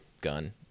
gun